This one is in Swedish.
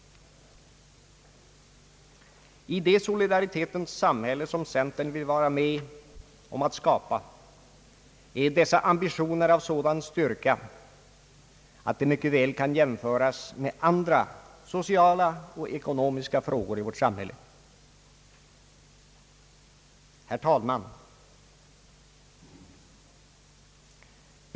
I det solidaritetens samhälle som centern vill vara med om att skapa är dessa ambitioner av sådan styrka att de mycket väl kan jämföras med andra so ciala och ekonomiska frågor i vårt samhälle. Herr talman!